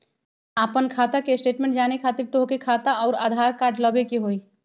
आपन खाता के स्टेटमेंट जाने खातिर तोहके खाता अऊर आधार कार्ड लबे के होइ?